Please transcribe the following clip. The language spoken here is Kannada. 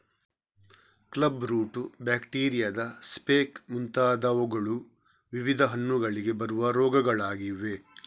ಕ್ಲಬ್ ರೂಟ್, ಬ್ಯಾಕ್ಟೀರಿಯಾದ ಸ್ಪೆಕ್ ಮುಂತಾದವುಗಳು ವಿವಿಧ ಹಣ್ಣುಗಳಿಗೆ ಬರುವ ರೋಗಗಳಾಗಿವೆ